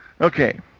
Okay